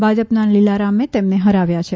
ભાજપના લીલારામે તેમને ફરાવ્યા છે